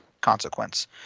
consequence